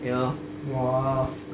you know